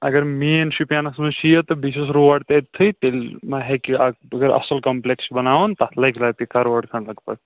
اگر مین شُپینَس منٛز چھُ یہِ تہٕ بیٚیہِ چھُس روڈ تٔتھٕے تیٚلہِ ما ہیٚکہِ اگر اَصٕل کَمپٕلیٚکس چھُ بَناوُن تَتھ لَگہِ رۄپیہِ کَرور کھَنٛڈ لگ بگ